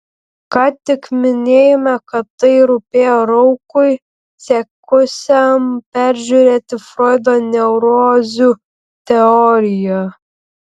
ką tik minėjome kad tai rūpėjo raukui siekusiam peržiūrėti froido neurozių teoriją